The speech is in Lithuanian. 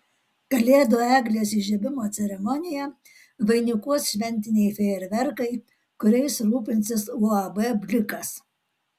kalėdų eglės įžiebimo ceremoniją vainikuos šventiniai fejerverkai kuriais rūpinsis uab blikas